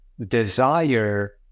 desire